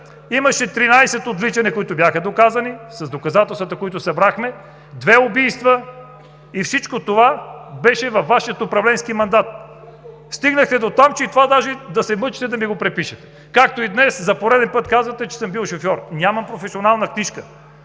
имаше 13 отвличания, които бяха доказани с доказателствата, които събрахме, две убийства и всичко това беше във Вашия управленски мандат. Стигнахте дотам, че и това да се мъчите да ми го припишете. Както и днес за пореден път казвате, че съм бил шофьор. Нямам професионална книжка